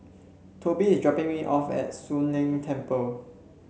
Tobie is dropping me off at Soon Leng Temple